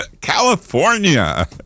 California